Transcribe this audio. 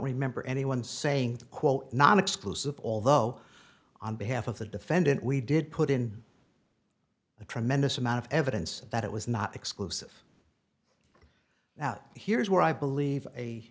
remember anyone saying quote non exclusive although on behalf of the defendant we did put in a tremendous amount of evidence that it was not exclusive now here's where i believe